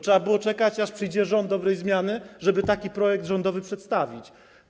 Trzeba było czekać, aż przyjdzie rząd dobrej zmiany, żeby taki projekt rządowy przedstawić.